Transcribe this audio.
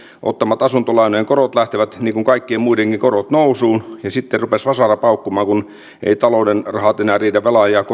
ottamien asuntolainojen korot lähtevät niin kuin kaikkien muidenkin korot nousuun ja sitten rupeaa vasara paukkumaan kun eivät talouden rahat riitä enää velan ja korkojen maksuun